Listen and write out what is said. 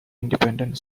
independent